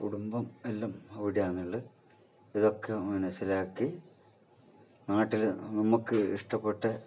കുടുംബം എല്ലാം എവിടെയാണുള്ളത് ഇതൊക്കെ മനസ്സിലാക്കി നാട്ടിൽ നമുക്ക് ഇഷ്ടപ്പെട്ട